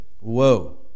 Whoa